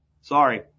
Sorry